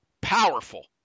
powerful